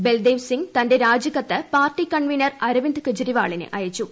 ബൽദേവ് സിംഗ് തന്റെ രാജിക്കത്ത് party convener Arvind കെജരിവാളിന് അയച്ചു